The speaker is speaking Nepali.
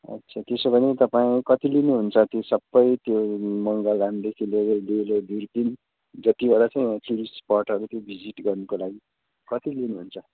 अच्छा त्यसो भने तपाईँ कति लिनुहुन्छ त्यो सबै त्यो मङ्गलधामदेखि लिएर डेलो दुर्पिन जतिवटा छ टुरिस्ट स्पटहरू त्यो भिजिट गर्नको लागि कति लिनुहुन्छ